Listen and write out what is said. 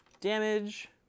damage